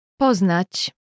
Poznać